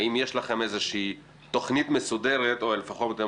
האם יש לכם איזושהי תוכנית מסודרת או לפחות אתם